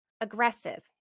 aggressive